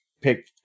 pick